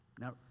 Now